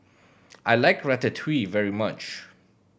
I like Ratatouille very much